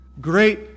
Great